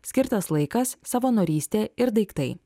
skirtas laikas savanorystė ir daiktai